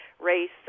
race